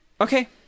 Okay